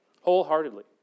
wholeheartedly